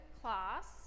class